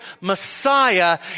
Messiah